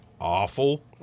awful